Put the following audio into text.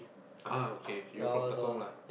uh okay you from Tekong lah